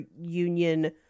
union